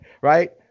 right